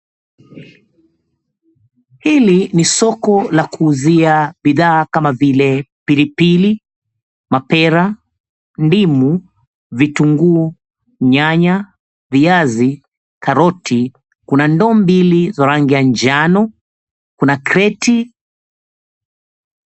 Hili ni soko la kuuzia bidhaa kama vile pilipili, mapera ,ndimu ,vitunguu ,nyanya, viazi ,karoti. Kuna ndoo mbili za rangii ya njano, kuna kreti.